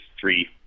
three